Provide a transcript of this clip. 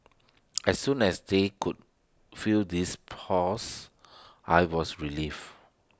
as soon as they could feel this pulse I was relieved